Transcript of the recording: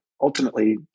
ultimately